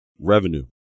revenue